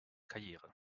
karriere